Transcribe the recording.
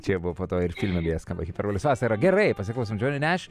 čia jau buvo po to ir filme beje skamba hiperbolės vasara gerai pasiklosom džoni neš